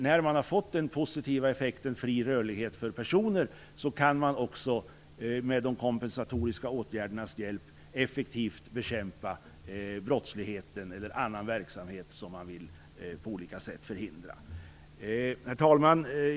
När man har fått den positiva effekten fri rörlighet för personer kan man också med de kompensatoriska åtgärdernas hjälp effektivt bekämpa brottslighet eller annan verksamhet som man på olika sätt vill förhindra. Herr talman!